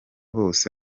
bose